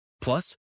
Plus